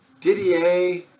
Didier